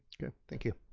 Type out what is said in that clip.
good, thank you.